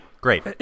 great